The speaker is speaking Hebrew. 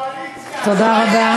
תודה רבה.